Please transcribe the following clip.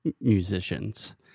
Musicians